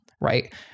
right